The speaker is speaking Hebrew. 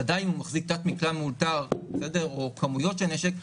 בוודאי אם הוא מחזיק תת מקלע מאולתר או כמויות של נשק,